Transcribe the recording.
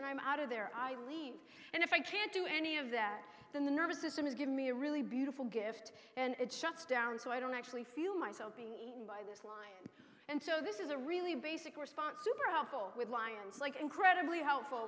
when i'm out of there i leave and if i can't do any of that then the nervous system is give me a really beautiful gift and it shuts down so i don't actually feel myself being eaten by this line and so this is a really basic response super helpful with lions like incredibly helpful